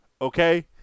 Okay